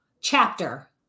chapter